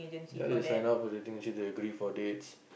ya they sign up for dating agency they agree for dates